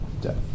Death